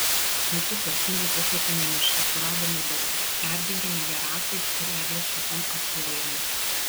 visi tvarkingai pasiekėme mišką suradome daubą perdengėme ją rąstais ir eglės šakom apklojome